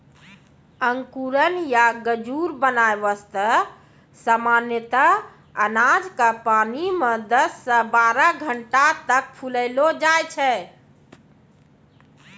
अंकुरण या गजूर बनाय वास्तॅ सामान्यतया अनाज क पानी मॅ दस सॅ बारह घंटा तक फुलैलो जाय छै